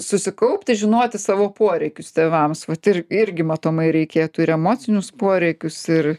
susikaupti žinoti savo poreikius tėvams vat ir irgi matomai reikėtų ir emocinius poreikius ir